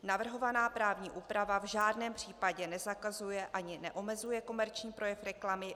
Navrhovaná právní úprava v žádném případě nezakazuje ani neomezuje komerční projev reklamy.